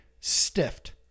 stiffed